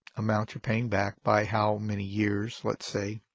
amount you're paying back by how many years, let's say,